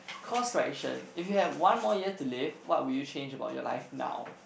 course correction if you had one more year to live what will you change about your life now